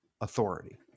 authority